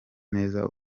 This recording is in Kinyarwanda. neza